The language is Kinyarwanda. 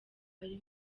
ari